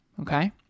okay